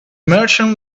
merchant